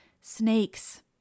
snakes